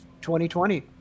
2020